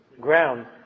ground